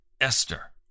Esther